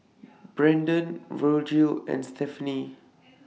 Brandan Virgil and Stephanie